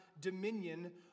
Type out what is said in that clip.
dominion